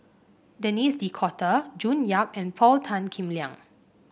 Denis D'Cotta June Yap and Paul Tan Kim Liang